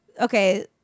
okay